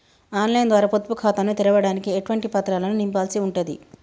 On line ద్వారా పొదుపు ఖాతాను తెరవడానికి ఎటువంటి పత్రాలను నింపాల్సి ఉంటది?